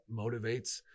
motivates